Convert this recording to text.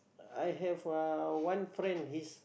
I have uh one friend his